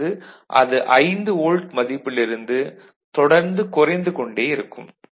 அதாவது அது 5 வோல்ட் மதிப்பிலிருந்து தொடர்ந்து குறைந்து கொண்டே இருக்கும்